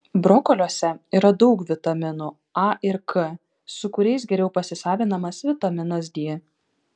brokoliuose yra daug vitaminų a ir k su kuriais geriau pasisavinamas vitaminas d